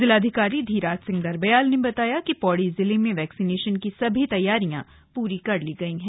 जिलाधिकारी धीराज सिंह गर्ब्लाय ने बताया कि पौड़ी जिले में वैक्सीनेशन की सभी तैयारियां पूरी कर ली गई हैं